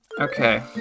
Okay